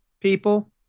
people